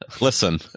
Listen